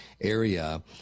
area